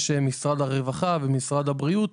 יש את משרד הרווחה, את משרד הבריאות